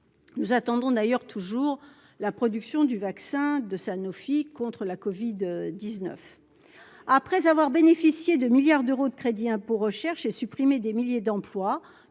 nous attendons d'ailleurs toujours la production du vaccin de Sanofi contre la Covid 19 après avoir bénéficié de milliards d'euros de crédit impôt recherche et supprimer des milliers d'emplois